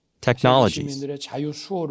technologies